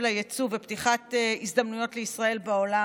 היצוא ופתיחת הזדמנויות לישראל בעולם.